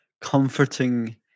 comforting